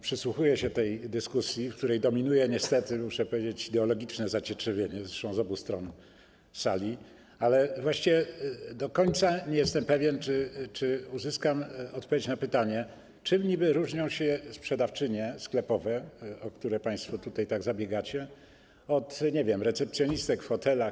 Przysłuchuję się tej dyskusji, w której dominuje niestety, muszę powiedzieć, ideologiczne zacietrzewienie, zresztą z obu stron sali, ale właściwie do końca nie jestem pewien, czy uzyskam odpowiedź na pytanie, czym niby różnią się sprzedawczynie sklepowe, o które państwo tutaj tak zabiegacie, od, nie wiem, recepcjonistek w hotelach.